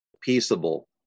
peaceable